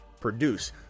produce